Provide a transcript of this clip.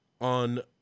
on